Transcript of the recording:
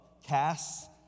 Casts